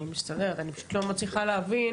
אני פשוט לא מצליחה להבין